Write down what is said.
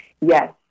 Yes